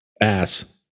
Ass